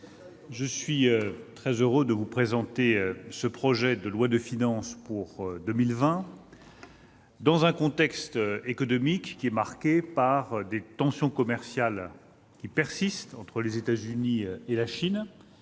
je suis très heureux de vous présenter le projet de loi de finances pour 2020, dans un contexte économique marqué par des tensions commerciales persistantes entre les États-Unis et la Chine